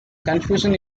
confusion